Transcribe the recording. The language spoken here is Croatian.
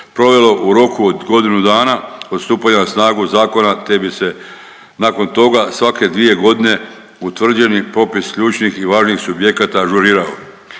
provelo u roku od godinu dana od stupanja na snagu zakona, te bi se nakon toga svake dvije godine utvrdio popis ključnih i važnih subjekata ažurirao.